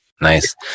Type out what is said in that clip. Nice